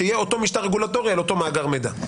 שיהיה אותו משטר רגולטורי על אותו מאגר מידע.